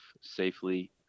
safely